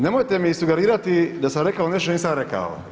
Nemojte mi sugerirati da sam rekao nešto što nisam rekao.